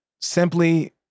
simply